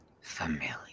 Familiar